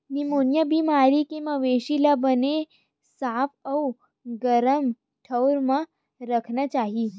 pneumonia बेमारी के मवेशी ल बने साफ अउ गरम ठउर म राखना चाही